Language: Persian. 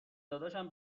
داداشم